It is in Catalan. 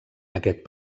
aquest